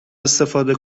استفاده